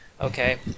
Okay